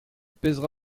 pèsera